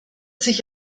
sich